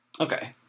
Okay